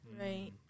Right